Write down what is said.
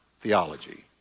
theology